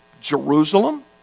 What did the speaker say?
Jerusalem